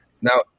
Now